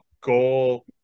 goal